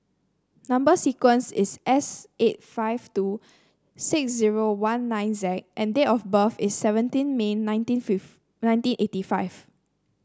number sequence is S eight five two six zero one nine Z and date of birth is seventeen May nineteen fifth nineteen eighty five